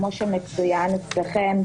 כמו שמצוין אצלכם,